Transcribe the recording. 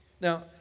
Now